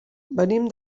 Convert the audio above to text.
venim